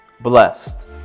Blessed